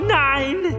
nine